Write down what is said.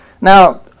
Now